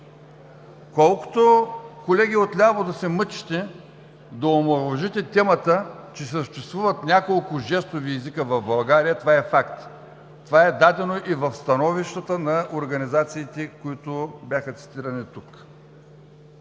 Колкото и, колеги отляво, да се мъчите да омаловажите темата, че съществуват няколко жестови езика в България, това е факт. Това е дадено и в становищата на организациите, които бяха цитирани тук.